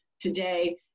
today